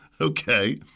Okay